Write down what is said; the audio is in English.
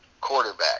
quarterback